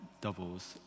doubles